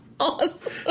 Awesome